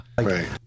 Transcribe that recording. right